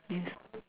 yes